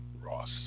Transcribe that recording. Ross